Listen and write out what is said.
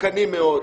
מסוכנים מאוד,